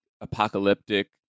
Apocalyptic